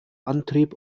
antrieb